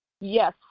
Yes